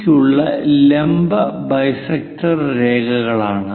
B ക്കുള്ള ലംബ bisector രേഖകളാണ്